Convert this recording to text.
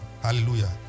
Hallelujah